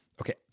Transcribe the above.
okay